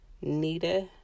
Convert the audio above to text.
Nita